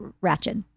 ratchet